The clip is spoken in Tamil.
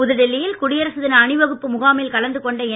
புதுடில்லி யில் குடியரசு தின அணிவகுப்பு முகாமில் கலந்து என்